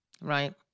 Right